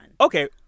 Okay